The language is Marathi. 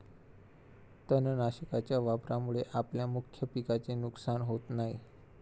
तणनाशकाच्या वापरामुळे आपल्या मुख्य पिकाचे नुकसान होत नाही